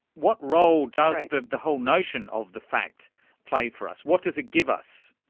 what role does the the whole notion of the fact play for us? what does it give us?